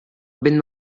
been